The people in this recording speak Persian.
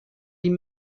این